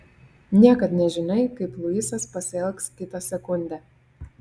niekad nežinai kaip luisas pasielgs kitą sekundę